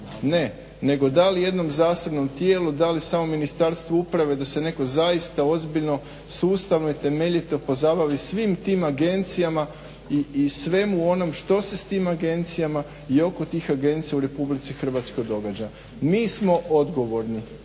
ne nego da li jednom zasebnom tijelu, da li samo Ministarstvu uprave da se netko zaista ozbiljno sustavno i temeljito pozabavi svim tim agencijama i svemu onom što se s tim agencijama i oko tih agencija u RH događa. Mi smo odgovorni.